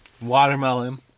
watermelon